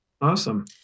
Awesome